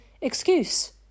excuse